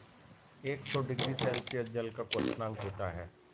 एक सौ degree Celsius जल का क्वथनांक होता है